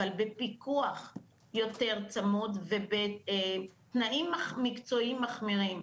אבל בפיקוח יותר צמוד ובתנאים מקצועיים מחמירים.